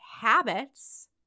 habits